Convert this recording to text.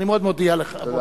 אני מאוד מודה לך.